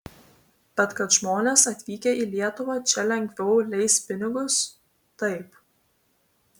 bet kad žmonės atvykę į lietuvą čia lengviau leis pinigus taip